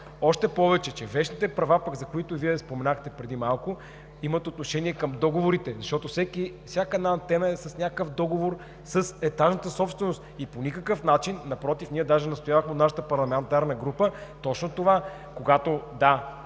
Още повече че вещните права, за които Вие споменахте преди малко, имат отношение към договорите, защото всяка една антена е с някакъв договор с етажната собственост и по никакъв начин, напротив, ние даже настоявахме от нашата парламентарна група точно това – да